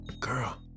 Girl